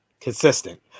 Consistent